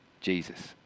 Jesus